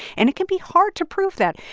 and it can be hard to prove that.